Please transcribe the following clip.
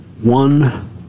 one